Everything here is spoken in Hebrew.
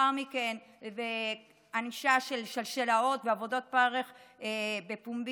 ולאחר מכן בענישה של שלשלות ועבודת פרך בפומבי,